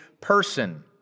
person